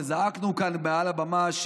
וזעקנו כאן מעל הבמה,